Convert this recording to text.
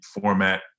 format